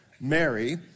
Mary